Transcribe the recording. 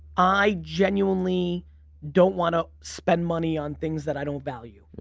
i genuinely don't want to spend money on things that i don't value.